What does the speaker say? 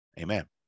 Amen